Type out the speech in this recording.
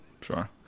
sure